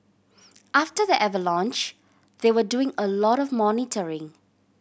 after the avalanche they were doing a lot of monitoring